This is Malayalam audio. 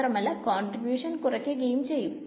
മാത്രമല്ല കോൺട്രിബൂഷൻ കുറക്കുകയും ചെയ്യും